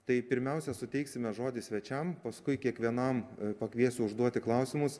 tai pirmiausia suteiksime žodį svečiam paskui kiekvienam pakviesiu užduoti klausimus